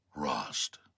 Rost